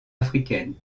africaines